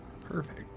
Perfect